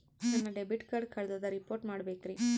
ನನ್ನ debit card ಕಳ್ದದ report ಮಾಡಬೇಕ್ರಿ